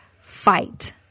fight